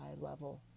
level